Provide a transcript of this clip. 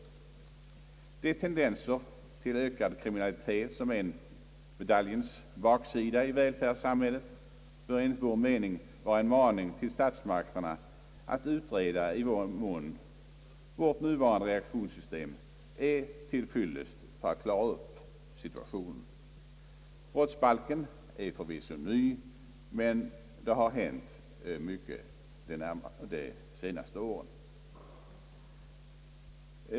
De tendenser till ökad kriminalitet som är medaljens baksida i välfärdssamhället bör enligt vår mening vara en maning till statsmakterna att utreda i vad mån vårt nuvarande reaktionssystem är till fyllest för att klara situationen. Brottsbalken är förvisso ny, men det har hänt mycket de senaste åren.